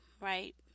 right